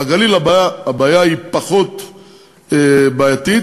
בגליל הבעיה פחות בעייתית,